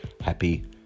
happy